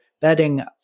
betting